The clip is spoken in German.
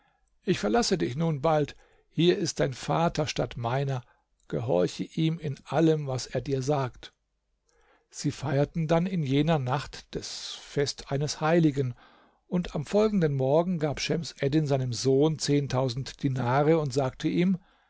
ich verlasse dich nun bald hier ist dein vater statt meiner gehorche ihm in allem was er dir sagt sie feierten dann in jener nacht noch das fest eines heiligen und am folgenden morgen gab schems eddin seinem sohn zehntausend dinare und sagte ihm